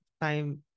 time